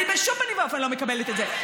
אני בשום פנים ואופן לא מקבלת את זה.